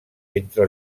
entre